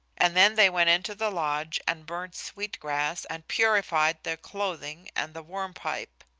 and then they went into the lodge and burned sweet grass and purified their clothing and the worm pipe.